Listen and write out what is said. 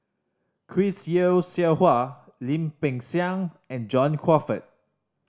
Chris Yeo Siew Hua Lim Peng Siang and John Crawfurd